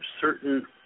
certain